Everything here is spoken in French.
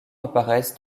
apparaissent